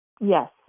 Yes